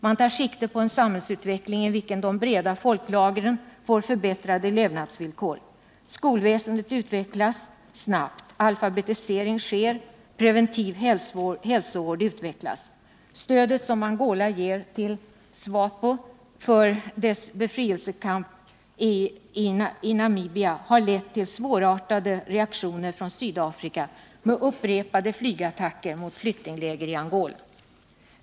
Man tar sikte på en samhällsutveckling i vilken de breda folklagren får förbättrade levnadsvillkor. Skolväsendet utvecklas snabbt, alfabetisering sker, preventiv hälsovård utvecklas. Stödet som Angola ger till SWAPO för dess befrielsekamp i Namibia har lett till svårartade reaktioner från Sydafrika med upprepade flygattacker mot flyktingläger i Angola.